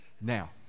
Now